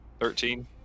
Thirteen